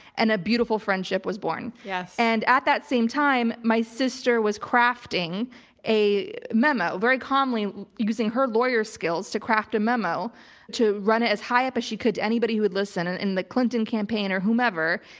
and a beautiful friendship was born. yeah and at that same time my sister was crafting a memo, very commonly using her lawyer skills to craft a memo to run it as high up as she could to anybody who would listen and in the clinton campaign or whomever,